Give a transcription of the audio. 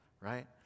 right